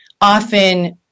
often